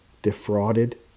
defrauded